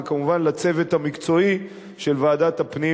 וכמובן לצוות המקצועי של ועדת הפנים